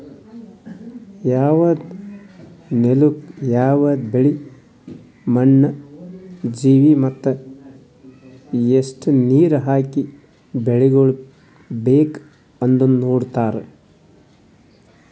ಯವದ್ ನೆಲುಕ್ ಯವದ್ ಬೆಳಿ, ಮಣ್ಣ, ಜೀವಿ ಮತ್ತ ಎಸ್ಟು ನೀರ ಹಾಕಿ ಬೆಳಿಗೊಳ್ ಬೇಕ್ ಅಂದನು ನೋಡತಾರ್